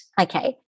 okay